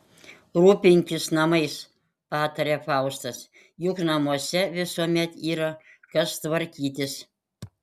rūpinkis namais pataria faustas juk namuose visuomet yra kas tvarkytis